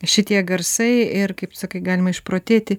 šitie garsai ir kaip sakai galima išprotėti